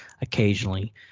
occasionally